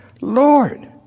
Lord